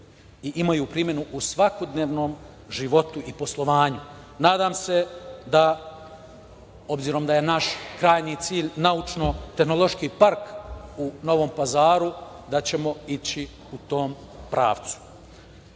imaju primenu u svakodnevnom životu i poslovanju. Nadam se da, obzirom da je naš krajnji cilj naučno–tehnološki park u Novom Pazaru, da ćemo ići u tom pravcu. Moramo